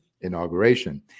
inauguration